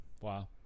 wow